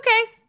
okay